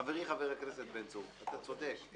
חברי, חבר הכנסת בן צור, אתה צודק,